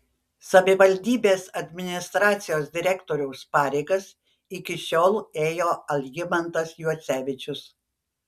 savivaldybės administracijos direktoriaus pareigas iki šiol ėjo algimantas juocevičius